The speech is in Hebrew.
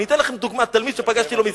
אני אתן לכם דוגמה, תלמיד שפגשתי לא מזמן,